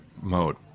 mode